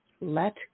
Let